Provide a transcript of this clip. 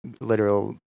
literal